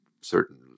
certain